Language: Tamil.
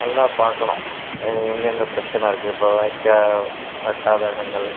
நல்லா பார்க்கணும் எ எங்கெங்கே பிரச்சனை இருக்கு இப்போ வாய்க்கால் வட்டாத இடங்கள்